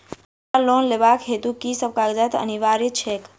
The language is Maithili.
हमरा लोन लेबाक हेतु की सब कागजात अनिवार्य छैक?